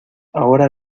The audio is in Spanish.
ahora